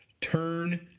turn